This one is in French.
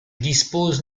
dispose